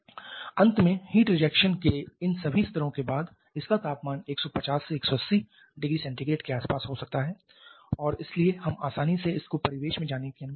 अंत में heat rejection के इन सभी स्तरों के बाद इसका तापमान 150 से 180℃ के आसपास हो सकता है और इसलिए हम आसानी से इसको परिवेश में जाने की अनुमति दे सकते हैं